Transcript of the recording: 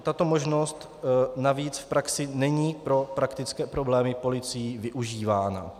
Tato možnost navíc v praxi není pro praktické problémy policií využívána.